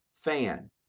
fan